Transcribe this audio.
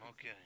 Okay